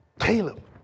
Caleb